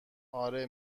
آره